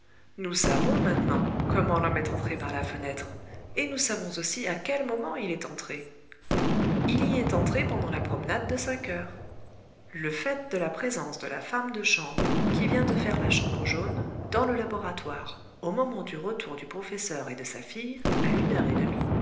nous savons maintenant comment l'homme est entré par la fenêtre et nous savons aussi à quel moment il est entré il y est entré pendant la promenade de cinq heures le fait de la présence de la femme de chambre qui vient de faire la chambre jaune dans le laboratoire au moment du retour du professeur et de sa fille à une heure et demie